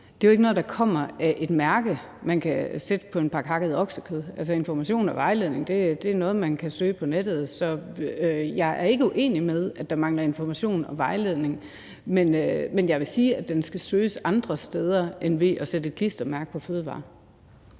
er jo ikke noget, der kommer af et mærke, man kan sætte på en pakke hakket oksekød. Information og vejledning er noget, man kan søge på nettet. Så jeg er ikke uenig i, at der mangler information og vejledning, men jeg vil sige, at den skal søges andre steder end på et klistermærke sat på fødevarer.